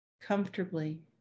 comfortably